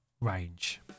range